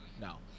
no